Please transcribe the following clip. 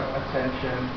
attention